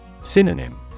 Synonym